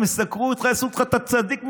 אם יסקרו אותך, יעשו אותך הצדיק מנדבורנה.